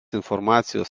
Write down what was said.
informacijos